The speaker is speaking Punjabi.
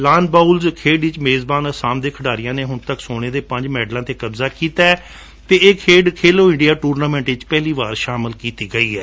ਲਾਅਨ ਬਾਉਲਸ ਖੇਡ ਵਿੱਚ ਮੇਜਬਾਨ ਅਸਾਮ ਦੇ ਖਿਡਾਰੀਆਂ ਨੇ ਹੁਣ ਤੱਕ ਸੋਨੇ ਦੇ ਪੰਜ ਮੈਡਲਾਂ ਤੇ ਕਬਜਾ ਕੀਤੈ ਅਤੇ ਇਹ ਖੇਡ 'ਖੇਲੋ ਇੰਡੀਆ ਟੂਰਨਾਮੈਂਟ' ਵਿਚ ਪਹਿਲੀ ਵਾਰ ਸ਼ਾਮਲ ਕੀਡੀ ਗਈ ਹੈ